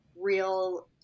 real